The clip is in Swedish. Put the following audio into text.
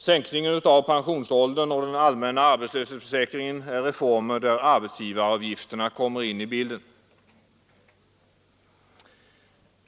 Sänkningen av pensionsåldern och den allmänna arbetslöshetsförsäkringen är reformer där arbetsgivaravgifterna kommer in i bilden.